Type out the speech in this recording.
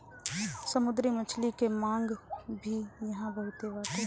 समुंदरी मछली के मांग भी इहां बहुते बाटे